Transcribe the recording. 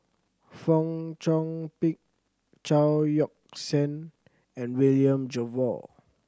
Fong Chong Pik Chao Yoke San and William Jervo